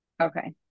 Okay